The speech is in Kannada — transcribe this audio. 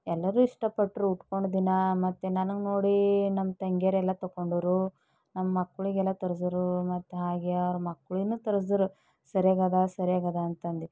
ಎಲ್ಲರೂ ಇಷ್ಟಪಟ್ಟರು ಉಟ್ಕೊಂಡು ದಿನ ಮತ್ತು ನನಗೆ ನೋಡಿ ನಮ್ಮ ತಂಗ್ಯಾರೆಲ್ಲ ತಗೊಂಡೋರು ನಮ್ಮ ಮಕ್ಕಳಿಗೆಲ್ಲ ತರಿಸ್ಯಾರು ಮತ್ತು ಹಾಗೇ ಅವ್ರ ಮಕ್ಕಳಿಗೇನು ತರಿಸ್ಯಾರು ಸರಿಯಾಗಿದೆ ಸರಿಯಾಗಿದೆ ಅಂತಂದು